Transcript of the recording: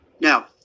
Now